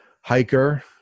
hiker